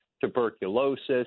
tuberculosis